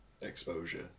exposure